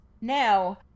Now